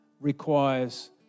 requires